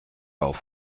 auf